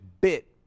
bit